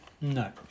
No